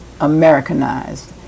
Americanized